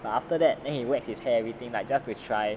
but after that then he wet his head everything like just to try